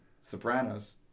Sopranos